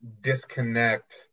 disconnect